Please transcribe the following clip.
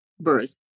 Birth